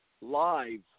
live